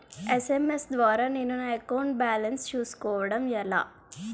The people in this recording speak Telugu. ఎస్.ఎం.ఎస్ ద్వారా నేను నా అకౌంట్ బాలన్స్ చూసుకోవడం ఎలా?